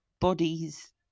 bodies